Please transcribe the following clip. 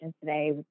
today